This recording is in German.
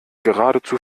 geradezu